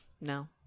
No